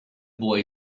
boy